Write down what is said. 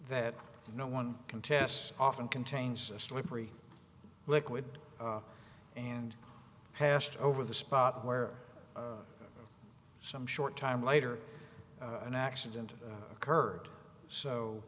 that no one can test often contains a slippery liquid and passed over the spot where some short time later an accident occurred so